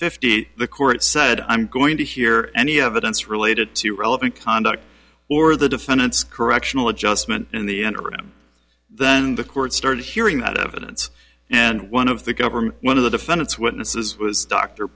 fifty the court said i'm going to hear any evidence related to relevant conduct or the defendant's correctional adjustment in the interim then the court started hearing that evidence and one of the government one of the defendants witnesses was d